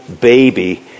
baby